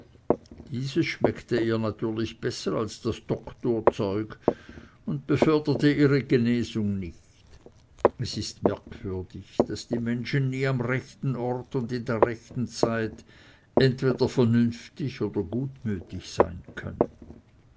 dieses schmeckte ihr natürlich besser als das doktorzeug und beförderte ihre genesung nicht es ist merkwürdig daß die menschen nie am rechten ort und in der rechten zeit entweder vernünftig oder gutmütig sein können